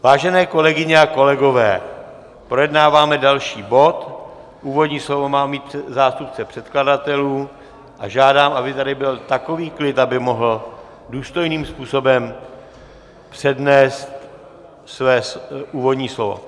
Vážené kolegyně a kolegové, projednáváme další bod, úvodní slovo má mít zástupce předkladatelů a žádám, aby tady byl takový klid, aby mohl důstojným způsobem přednést své úvodní slovo.